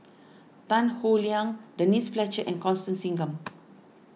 Tan Howe Liang Denise Fletcher and Constance Singam